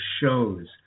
shows